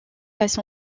passe